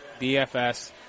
DFS